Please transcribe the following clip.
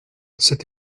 c’est